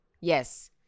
Yes